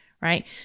right